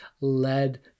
led